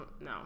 No